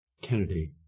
Kennedy